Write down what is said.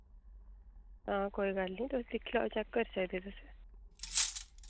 हां कोई गल्ल निं तुस दिक्खी लाओ चैक्क करी सकदे ओ तुस